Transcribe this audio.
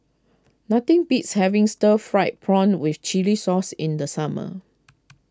nothing beats having Stir Fried Prawn with Chili Sauce in the summer